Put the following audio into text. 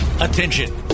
Attention